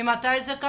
ממי זה?